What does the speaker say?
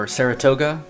Saratoga